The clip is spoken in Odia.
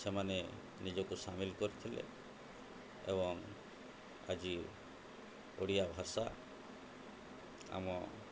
ସେମାନେ ନିଜକୁ ସାମିଲ କରିଥିଲେ ଏବଂ ଆଜି ଓଡ଼ିଆ ଭାଷା ଆମ